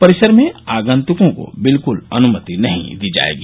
परिसर में आगंतुकों को बिल्कुल अनुमति नहीं दी जायेगी